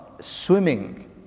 swimming